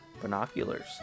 Binoculars